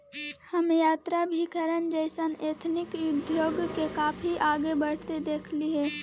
हम यात्राभिकरण जइसन एथनिक उद्योग के काफी आगे बढ़ित देखली हे